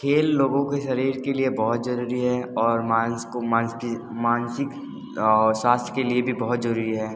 खेल लोगों के शरीर के लिए बहुत जरूरी है और मांस को मांस की मानसिक स्वास्थ्य के लिए भी बहुत जरूरी है